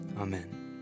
Amen